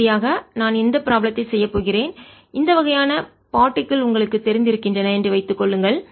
இறுதியாக நான் இந்த ப்ராப்ளத்தை செய்யப் போகிறேன் இந்த வகையான பார்டிகில் துகள்கள் உங்களுக்குத் தெரிந்திருக்கின்றன என்று வைத்துக் கொள்ளுங்கள்